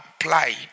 applied